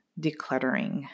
decluttering